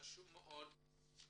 חשוב מאוד לשתף